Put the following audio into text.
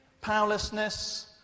powerlessness